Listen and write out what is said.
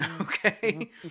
Okay